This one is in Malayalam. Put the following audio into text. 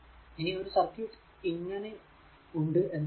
ഇനി ഒരു സർക്യൂട് ഇങ്ങനെ ഉണ്ട് എന്ന് കരുതുക